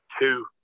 two